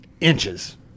inches